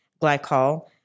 glycol